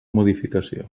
modificació